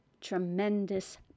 tremendous